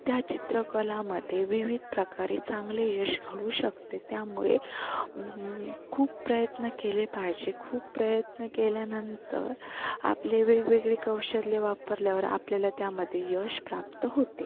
त्या चित्रकलामध्ये विविध प्रकारे चांगले यश घडू शकते त्यामुळे खूप प्रयत्न केले पाहिजे खूप प्रयत्न केल्यानंतर आपले वेगवेगळे कौशल्य वापरल्यावर आपल्याला त्यामध्ये यश प्राप्त होते